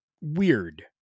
weird